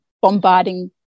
bombarding